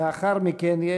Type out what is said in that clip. לאחר מכן,